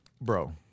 Bro